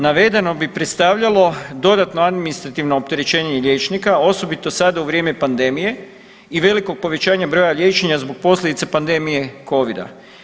Navedeno bi predstavljalo dodatno administrativno opterećenje liječnika osobito sada u vrijeme pandemije i velikog povećanja broja liječenja zbog posljedice pandemije covida.